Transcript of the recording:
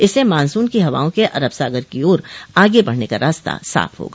इससे मानसून की हवाओं के अरब सागर की ओर आगे बढ़ने का रास्ता साफ होगा